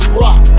rock